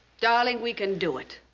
darling, we can do it.